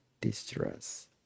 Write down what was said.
distress